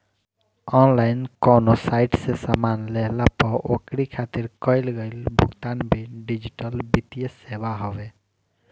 online कवनो site से सामान लेहला पअ ओकरी खातिर कईल गईल भुगतान भी डिजिटल वित्तीय सेवा हवे